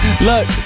look